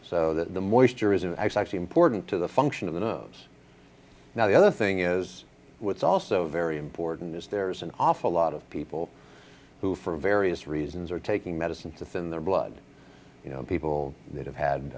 so that the moisture isn't actually important to the function of the nose now the other thing is what's also very important is there's an awful lot of people who for various reasons are taking medicines within their blood you know people that have had